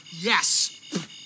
yes